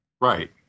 Right